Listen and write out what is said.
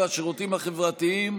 מספיק.